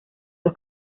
dos